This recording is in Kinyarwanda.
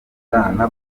bwana